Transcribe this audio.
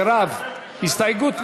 מרב, הסתייגות 110,